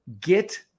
get